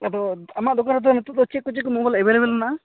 ᱟᱫᱚ ᱟᱢᱟᱜ ᱫᱟᱠᱟᱱ ᱨᱮᱫᱚ ᱱᱤᱛᱚᱜ ᱫᱚ ᱪᱮᱫ ᱠᱚ ᱪᱮᱫ ᱠᱚ ᱢᱳᱵᱟᱭᱤᱞ ᱮᱵᱮᱞᱮᱵᱮᱞ ᱢᱮᱱᱟᱜᱼᱟ